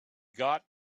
got